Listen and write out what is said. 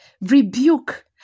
Rebuke